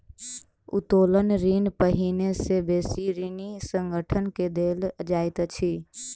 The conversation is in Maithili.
उत्तोलन ऋण पहिने से बेसी ऋणी संगठन के देल जाइत अछि